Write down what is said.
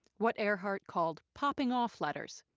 what earhart called popping off letters.